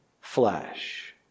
flesh